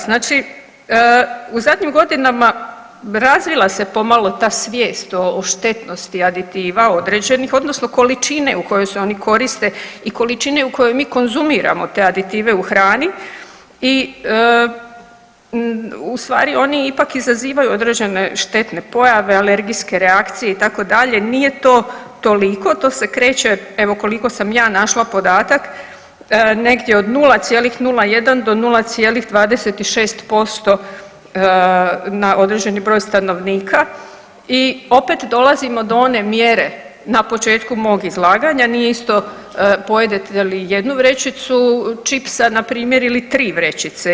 Znači, u zadnjim godinama razvila se pomalo ta svijest o štetnosti aditiva određenih odnosno količine u kojoj se oni koriste i količine u kojoj mi konzumiramo te aditive u hrani i ustvari oni ipak izazivaju određene štetne pojave, alergijske reakcije, nije to toliko, to se kreće evo koliko sam ja našla podatak, negdje od 0,01 do 0,26% na određeni broj stanovnika i opet dolazimo do one mjere na početku mog izlaganja, nije isto pojedete li jednu vrećicu čipsa npr. ili 3 vrećice.